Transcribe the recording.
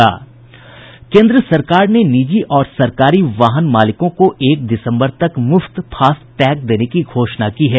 केन्द्र सरकार ने निजी और सरकारी वाहन मालिकों को एक दिसम्बर तक मूफ्त फास्ट टैग देने की घोषणा की है